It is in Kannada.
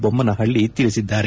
ಬೊಮ್ಮನಹಳ್ಳ ತಿಳಿಸಿದ್ದಾರೆ